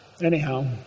Anyhow